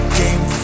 game